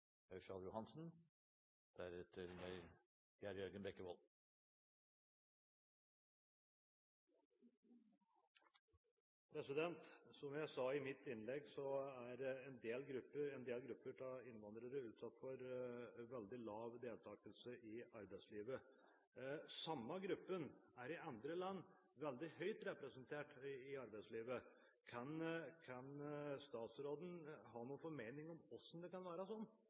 Som jeg sa i mitt innlegg, har en del grupper av innvandrere en veldig lav deltakelse i arbeidslivet. De tilsvarende, samme gruppene er i andre land veldig høyt representert i arbeidslivet. Kan statsråden ha noen formening om hvorfor det kan være sånn,